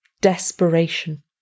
desperation